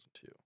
two